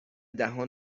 دهان